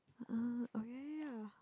mm oh ya ya ya